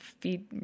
feed